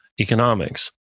economics